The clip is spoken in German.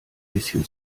bisschen